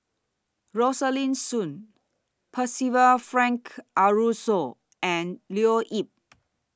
Rosaline Soon Percival Frank Aroozoo and Leo Yip